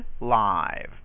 live